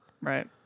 Right